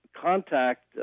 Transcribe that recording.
contact